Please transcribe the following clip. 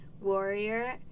warrior